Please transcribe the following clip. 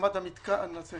להקמת המתקן הזה זה